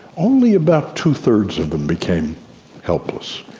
only about two-thirds of them became helpless.